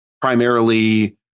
primarily